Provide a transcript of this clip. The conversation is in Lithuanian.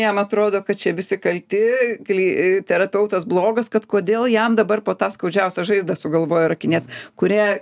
jam atrodo kad čia visi kalti kai terapeutas blogas kad kodėl jam dabar po tą skaudžiausią žaizdą sugalvojo rakinėt kurie